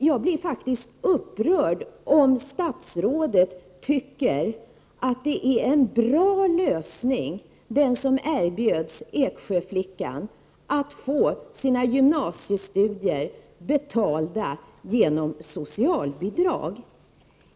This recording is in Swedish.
Jag blir upprörd om statsrådet tycker att det var en bra lösning som erbjöds Eksjöflickan, dvs. att få sina gymnasiestudier betalda genom socialbidrag.